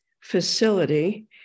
facility